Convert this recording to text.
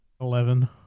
Eleven